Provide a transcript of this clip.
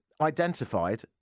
identified